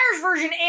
version